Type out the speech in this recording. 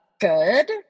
Good